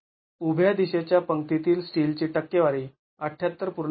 आता उभ्या दिशेच्या पंक्तीतील स्टीलची टक्केवारी ७८